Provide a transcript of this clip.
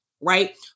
right